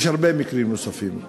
יש הרבה מקרים נוספים,